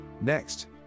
Next